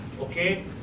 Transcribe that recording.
Okay